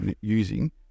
using